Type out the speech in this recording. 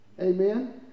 Amen